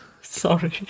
sorry